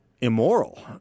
immoral